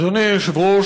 אדוני היושב-ראש,